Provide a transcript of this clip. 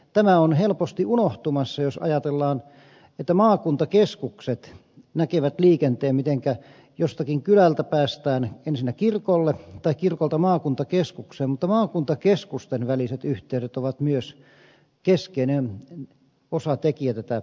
tämä on helposti unohtumassa jos ajatellaan että maakuntakeskukset näkevät liikenteen mitenkä jostakin kylältä päästään ensinnä kirkolle tai kirkolta maakuntakeskukseen mutta maakuntakeskusten väliset yhteydet ovat myös keskeinen osatekijä tätä liikennettä